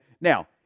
Now